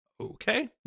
okay